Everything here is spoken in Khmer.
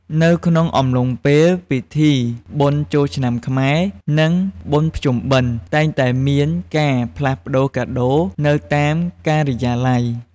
នៅក្នុងអំឡុងពេលពិធីបុណ្យចូលឆ្នាំខ្មែរ និងបុណ្យភ្ជុំបិណ្ឌតែងតែមានការផ្លាស់ប្តូរកាដូរនៅតាមការិយាល័យ។